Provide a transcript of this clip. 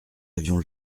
avions